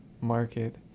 market